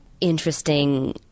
interesting